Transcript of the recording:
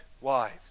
wives